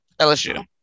LSU